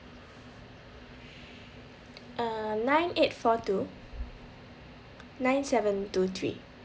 uh nine eight four two nine seven two three